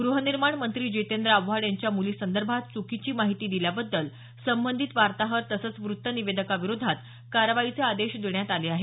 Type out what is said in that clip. गृहनिर्माण राज्यमंत्री जितेंद्र आव्हाड यांच्या मुलीसंदर्भात चुकीची माहिती दिल्याबद्दल संबंधित वार्ताहर तसंच व्त्तनिवेदकाविरोधात कारवाईचे आदेश देण्यात आले आहेत